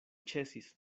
ĉesis